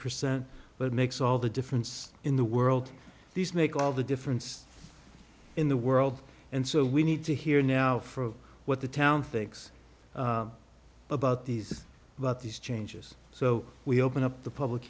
percent but makes all the difference in the world these make all the difference in the world and so we need to hear now from what the town thinks about these about these changes so we open up the public